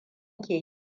ke